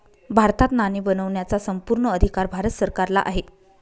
भारतात नाणी बनवण्याचा संपूर्ण अधिकार भारत सरकारला आहे